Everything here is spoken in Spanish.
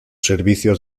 servicios